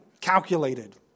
calculated